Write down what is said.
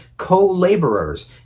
co-laborers